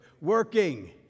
Working